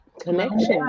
connection